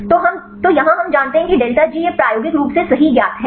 तो यहाँ हम जानते हैं कि डेल्टा G यह प्रायोगिक रूप से सही ज्ञात है